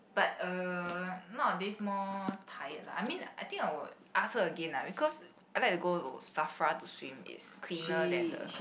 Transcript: but uh nowadays more tired lah I mean I think I would ask her again lah because I like to go to Safra to swim it's cleaner than the